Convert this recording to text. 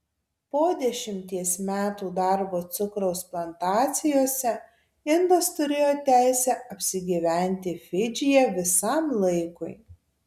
po dešimties metų darbo cukraus plantacijose indas turėjo teisę apsigyventi fidžyje visam laikui